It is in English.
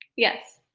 yes.